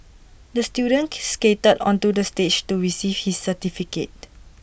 the student skated onto the stage to receive his certificate